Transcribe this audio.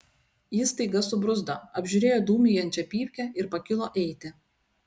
jis staiga subruzdo apžiūrėjo dūmijančią pypkę ir pakilo eiti